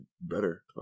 better